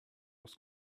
was